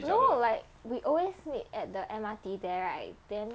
no like we always meet at the M_R_T there right then